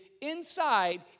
inside